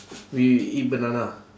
we eat banana